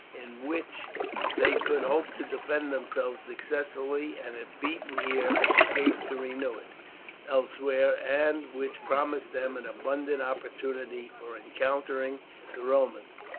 in which they could hope to defend themselves successfully, and if beaten here escape to renew it elsewhere, and which promised them an abundant opportunity for encountering the romans.